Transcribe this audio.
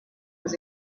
was